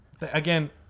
again